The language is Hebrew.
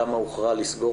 כמה הוחלט לסגור